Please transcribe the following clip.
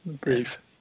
Brief